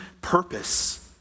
purpose